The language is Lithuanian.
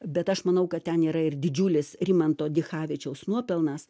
bet aš manau kad ten yra ir didžiulis rimanto dichavičiaus nuopelnas